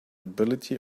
ability